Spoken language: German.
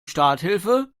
starthilfe